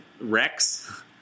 Rex